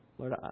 Lord